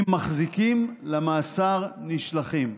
'אם מחזיקים, למאסר נשלחים'".